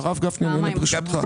הרב גפני, אני עונה, ברשותך.